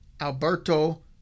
Alberto